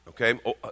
okay